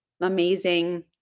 amazing